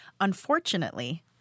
unfortunately